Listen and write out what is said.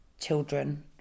children